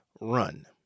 run